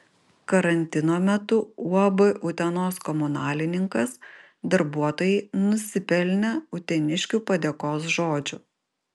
karantino metu uab utenos komunalininkas darbuotojai nusipelnė uteniškių padėkos žodžių